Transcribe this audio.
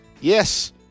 yes